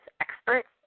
experts